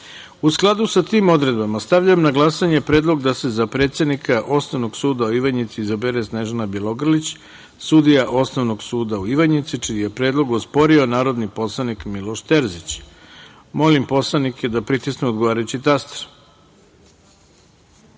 sladu sa tim odredbama, stavljam na glasanje predlog da se za predsednika Osnovnog suda u Ivanjici izabere Snežana Bjelogrlić, sudija Osnovnog suda u Ivanjici, čiji je predlog osporio narodni poslanik Miloš Terzić. Molim narodne poslanike da pritisnu odgovarajući